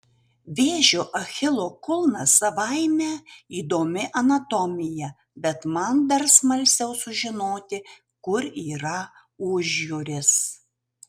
vėžio achilo kulnas savaime įdomi anatomija bet man dar smalsiau sužinoti kur yra užjūris